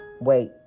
Wait